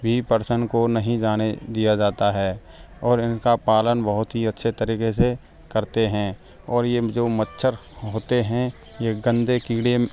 भी परसन को नहीं जाने दिया जाता है और इनका पालन बहुत ही अच्छी तरीके से करते हैं और ये जो मच्छर होते हैं ये गंदे कीड़े